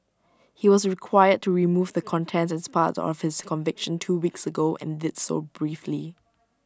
he was required to remove the content as part of his conviction two weeks ago and did so briefly